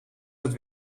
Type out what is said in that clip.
dat